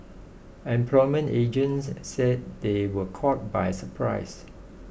employment agents said they were caught by surprise